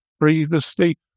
previously